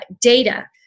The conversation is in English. data